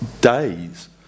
days